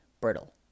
brittle